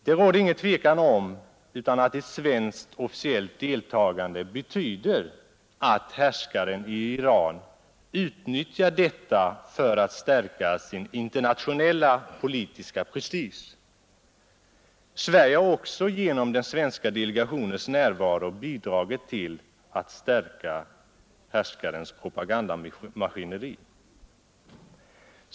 Det råder inget tvivel om att ett svenskt officiellt deltagande betyder att härskaren i Iran utnyttjar detta för att stärka sin internationella politiska prestige. Sverige har också genom den svenska delegationens närvaro bidragit till att stärka härskarens propagandamaskineri.